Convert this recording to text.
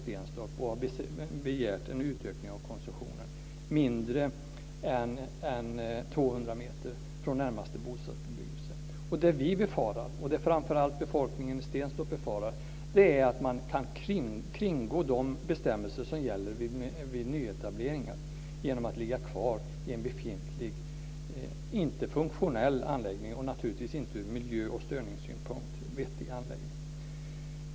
Därför är det kvar i Stenstorp, mindre än 200 meter från närmaste bostadsbebyggelse, och har begärt en utökning av koncessionen. Det som vi, och framför allt befolkningen i Stenstorp, befarar är att man kan kringgå de bestämmelser som gäller vid nyetableringar genom att ligga kvar i en befintlig, inte funktionell, anläggning. Den är naturligtvis inte heller vettig ur miljö och störningssynpunkt.